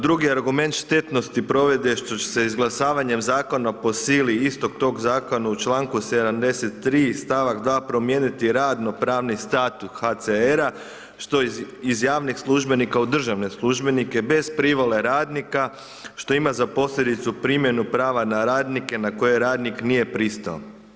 Drugi argument štetnosti provode što se izglasavanje zakona po sili istog tog zakona u članku 73. stavak 2. promijeniti radnopravni statut HCR-a što iz javnih službenika u državne službenike bez privole radnika što ima za posljedicu primjenu prava na radnike na koje radnik nije pristao.